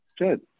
good